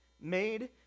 made